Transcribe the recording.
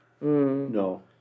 No